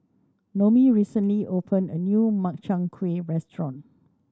Noemie recently opened a new Makchang Gui restaurant